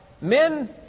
men